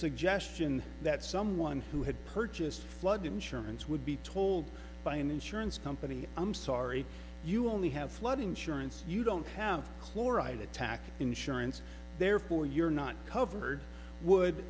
suggestion that someone who had purchased flood insurance would be told by an insurance company i'm sorry you only have flood insurance you don't have chloride attack insurance therefore you're not covered would